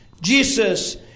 Jesus